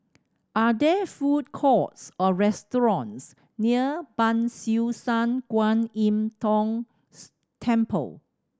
are there food courts or restaurants near Ban Siew San Kuan Im Tng Temple